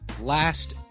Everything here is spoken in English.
last